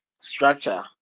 structure